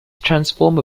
transformer